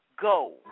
go